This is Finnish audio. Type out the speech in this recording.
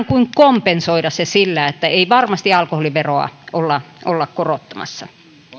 kuin kompensoida se sillä että ei varmasti alkoholiveroa olla olla korottamassa